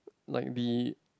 like the